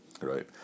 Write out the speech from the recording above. right